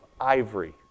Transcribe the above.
ivory